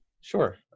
Sure